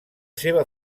seva